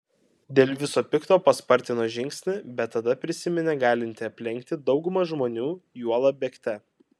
dėl viso pikto paspartino žingsnį bet tada prisiminė galinti aplenkti daugumą žmonių juolab bėgte